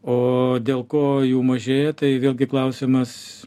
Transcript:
o dėl ko jų mažėja tai vėlgi klausimas